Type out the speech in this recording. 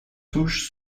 touche